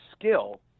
skill